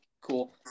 Cool